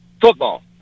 football